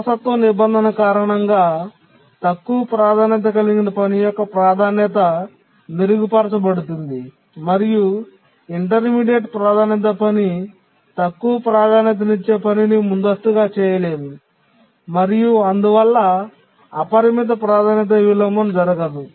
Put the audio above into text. వారసత్వ నిబంధన కారణంగా తక్కువ ప్రాధాన్యత కలిగిన పని యొక్క ప్రాధాన్యత మెరుగుపరచబడుతుంది మరియు ఇంటర్మీడియట్ ప్రాధాన్యతా పని తక్కువ ప్రాధాన్యతనిచ్చే పనిని ముందస్తుగా చేయలేము మరియు అందువల్ల అపరిమిత ప్రాధాన్యత విలోమం జరగదు